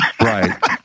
Right